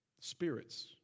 Spirits